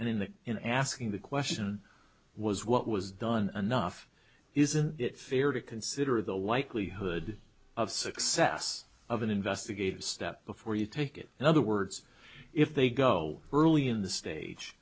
in the in asking the question was what was done enough isn't it fair to consider the likelihood of success of an investigative step before you take it in other words if they go early in the stage